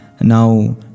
now